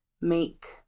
make